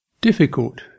difficult